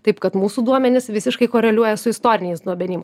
taip kad mūsų duomenys visiškai koreliuoja su istoriniais duomenim